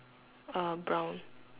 uh brown